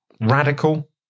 radical